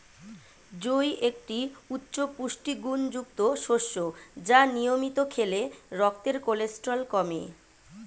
জই একটি উচ্চ পুষ্টিগুণযুক্ত শস্য যা নিয়মিত খেলে রক্তের কোলেস্টেরল কমে